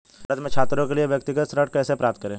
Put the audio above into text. भारत में छात्रों के लिए व्यक्तिगत ऋण कैसे प्राप्त करें?